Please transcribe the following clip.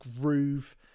groove